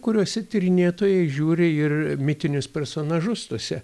kuriuose tyrinėtojai žiūri ir mitinius personažus tuose